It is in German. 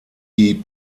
die